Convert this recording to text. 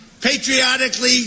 patriotically